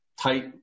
tight